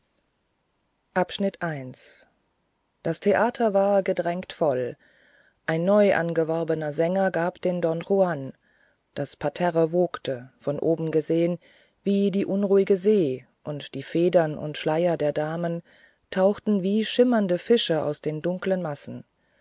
das theater war gedrängt voll ein neuangeworbener sänger gab den don juan das parterre wogte von oben gesehen wie die unruhige see und die federn und schleier der damen tauchten wie schimmernde fische aus den dunkeln massen